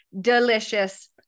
delicious